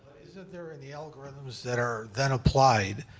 isn't there in the algorithms that are then applied?